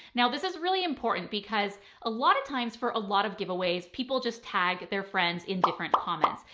now this is really important because a lot of times for a lot of giveaways, people just tag their friends in different comments.